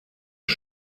ist